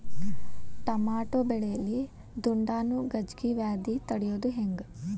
Tomato ಬೆಳೆಯಲ್ಲಿ ದುಂಡಾಣು ಗಜ್ಗಿ ವ್ಯಾಧಿ ತಡಿಯೊದ ಹೆಂಗ್?